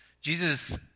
Jesus